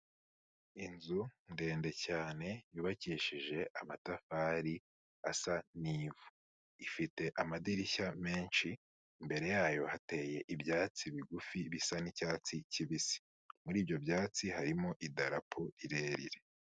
Inzu ndende cyane yubakishije amatafari asa n'ivu. Ifite amadirishya menshi, imbere yayo hateye ibyatsi bigufi bisa n'icyatsi kibisi. Muri ibyo byatsi harimo idarapo rirerire.